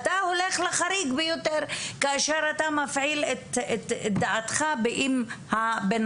והוא הולך לחריג ביותר כאשר הוא מפעיל את דעתו אם הבן